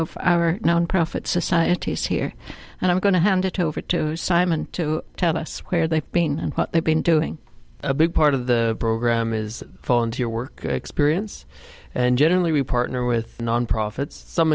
of our nonprofit societies here and i'm going to hand it over to simon to tell us where they've been and what they've been doing a big part of the program is volunteer work experience and generally we partner with non profits some